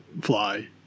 fly